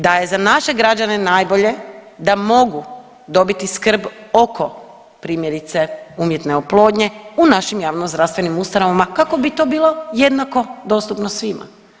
Da je za naše građane najbolje da mogu dobiti skrb oko primjerice umjetne oplodnje u našim javnozdravstvenim ustanovama kako bi to bilo jednako dostupno svima.